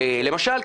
למשל,